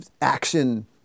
action